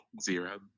zero